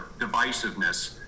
divisiveness